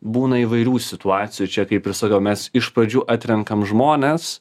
būna įvairių situacijų čia kaip ir sakau mes iš pradžių atrenkam žmones